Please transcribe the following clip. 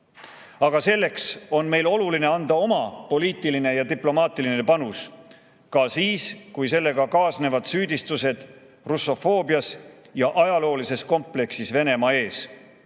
Aga sellesse on meil oluline anda oma poliitiline ja diplomaatiline panus ka siis, kui sellega kaasnevad süüdistused russofoobias ja ajaloolises kompleksis Venemaa ees.